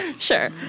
Sure